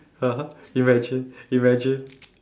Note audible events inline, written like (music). (laughs) imagine imagine